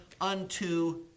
unto